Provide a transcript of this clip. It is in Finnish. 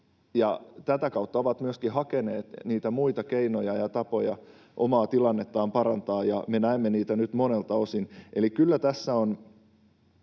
tätä kautta he ovat myöskin hakeneet niitä muita keinoja ja tapoja omaa tilannettaan parantaa, ja me näemme niitä nyt monelta osin.